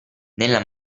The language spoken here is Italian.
nella